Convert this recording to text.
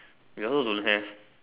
you also don't have